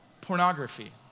pornography